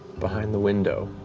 behind the window,